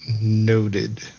noted